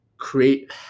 create